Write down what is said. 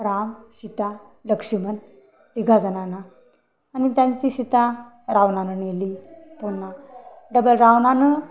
राम सिता लक्ष्मण तिघा जणांना आणि त्यांची सिता रावणानं नेली पुन्हा डबल रावणानं